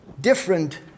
different